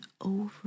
over